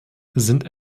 sind